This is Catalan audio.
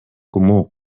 comú